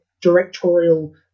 directorial